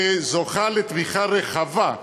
שזוכה לתמיכה רחבה,